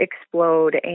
explode